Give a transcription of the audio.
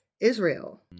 Israel